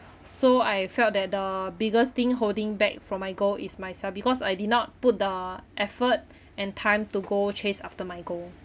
so I felt that the biggest thing holding back from my goal is myself because I did not put the effort and time to go chase after my goal